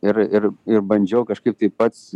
ir ir ir bandžiau kažkaip tai pats